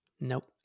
Nope